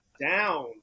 down